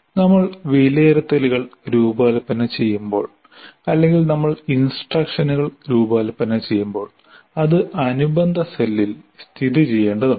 നമ്മൾ വിലയിരുത്തലുകൾ രൂപകൽപ്പന ചെയ്യുമ്പോൾ അല്ലെങ്കിൽ നമ്മൾ ഇൻസ്ട്രക്ഷനുകൾ രൂപകൽപ്പന ചെയ്യുമ്പോൾ അത് അനുബന്ധ സെല്ലിൽ സ്ഥിതിചെയ്യേണ്ടതുണ്ട്